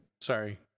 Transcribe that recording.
Sorry